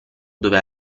dove